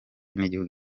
n’igihugu